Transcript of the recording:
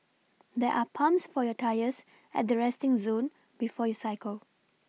there're pumps for your tyres at the resting zone before you cycle